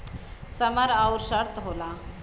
समय अउर शर्त होला